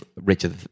Richard